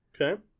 okay